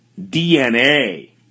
DNA